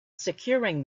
securing